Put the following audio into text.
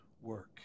work